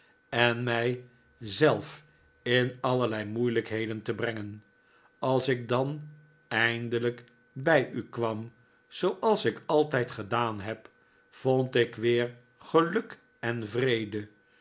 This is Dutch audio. en mij zelf in allerlei moeilijkheden te brengen als ik dan eindelijk bij u kwam zobals ik altijd gedaan neb vond ik weer geluk en vrede